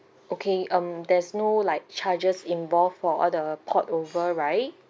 okay um there's no like charges involved for all the port over right